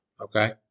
Okay